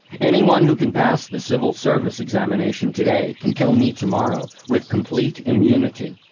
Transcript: anyone who can pass the civil service examination today can kill me tomorrow with complete immunity.